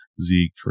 Zeke